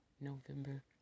November